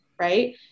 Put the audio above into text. right